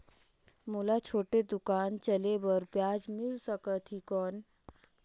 मोला छोटे दुकान चले बर ब्याज मिल सकत ही कौन?